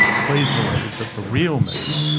please believe that the real me,